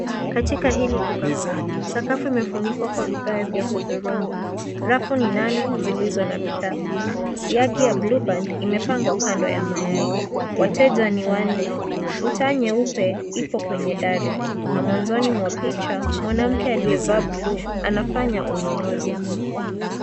Katika hili duka kuu, sakafu imefunikwa kwa vigae vya hudhurungi. Rafu ni nane zilizo na bidhaa. Siagi ya blueband imepangwa kando ya mayai. Wateja ni wanne. Taa nyeupe ipo Kwenye dari na mwanzoni mwa picha mwanamke aliyevaa buluu anafanya ununuzi.